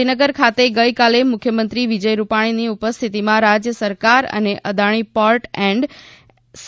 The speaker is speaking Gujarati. ગાંધીનગર ખાતે ગઇકાલે મુખ્યમંત્રી વિજય રૂપાણીની ઉપસ્થિતીમાં રાજ્ય સરકાર અને અદાણી પોર્ટ એન્ડ એસ